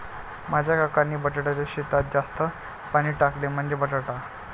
माझ्या काकांनी बटाट्याच्या शेतात जास्त पाणी टाकले, म्हणजे बटाटा